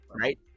Right